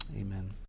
amen